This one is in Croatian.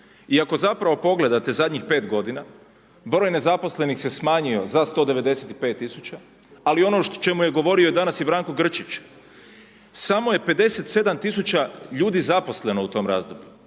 I ako zapravo pogledate zadnjih 5 godina, broj nezaposlenih se smanjio za 195.000, ali ono o čemu je govorio danas i Branko Grčić, samo je 57.000 zaposleno u tom razdoblju,